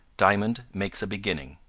diamond makes a beginning